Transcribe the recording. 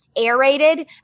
aerated